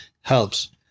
helps